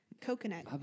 coconut